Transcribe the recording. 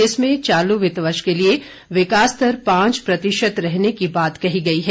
इसमें चालू वित्त वर्ष के लिए विकास दर पांच प्रतिशत रहने की बात कही गई है